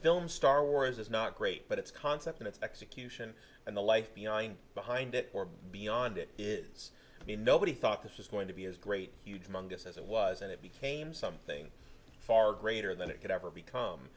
film star wars is not great but its concept and its execution and the life beyond behind it or beyond it is i mean nobody thought this was going to be as great huge mundus as it was and it became something far greater than it could ever become